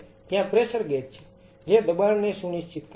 અને ત્યાં pressure gauge છે જે દબાણને સુનિશ્ચિત કરે છે